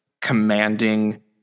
commanding